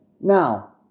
Now